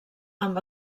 amb